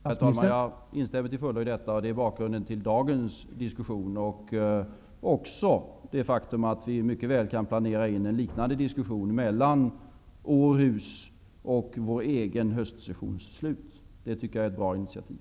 Herr talman! Jag instämmer till fullo i detta. Det är bakgrunden till dagens diskussion och även till det faktum att vi mycket väl kan planera in en liknande diskussion mellan Århussessionen och vår egen höstsessions slut. Jag tycker att det är ett bra initiativ.